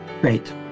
Great